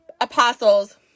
apostles